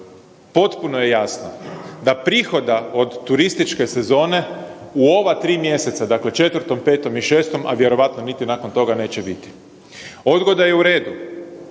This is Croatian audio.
potpuno je jasno da prihoda od turističke sezone u ova tri mjeseca dakle 4, 5 i 6, a vjerojatno niti nakon toga neće biti. Odgoda je u redu